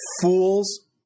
fools